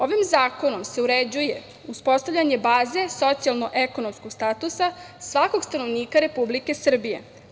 Ovim zakonom se uređuje uspostavljanje baze socijalno-ekonomskog statusa svakog stanovnika Republike Srbije.